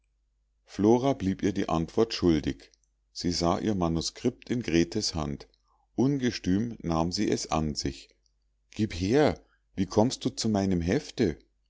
flora blieb ihr die antwort schuldig sie sah ihr manuskript in gretes hand ungestüm nahm sie es an sich gieb her wie kommst du zu meinem hefte